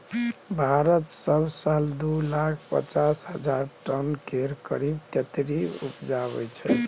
भारत सब साल दु लाख पचास हजार टन केर करीब तेतरि उपजाबै छै